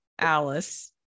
Alice